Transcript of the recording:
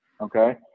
Okay